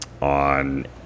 on